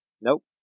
Nope